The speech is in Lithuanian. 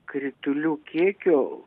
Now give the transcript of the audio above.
kritulių kiekio